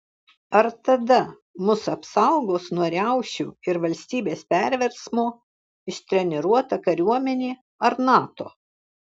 ar tada mus apsaugos nuo riaušių ir valstybės perversmo ištreniruota kariuomenė ar nato